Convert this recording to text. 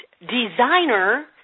designer